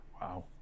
wow